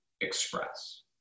express